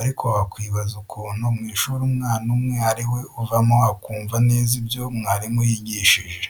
ariko wakwibaza ukuntu mu ishuri umwana umwe ari we uvamo akumva neza ibyo mwarimu yigihije.